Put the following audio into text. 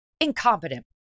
Incompetent